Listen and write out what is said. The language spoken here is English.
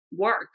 work